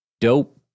Dope